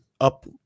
up